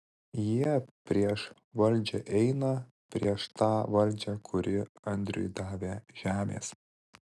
jie prieš valdžią eina prieš tą valdžią kuri andriui davė žemės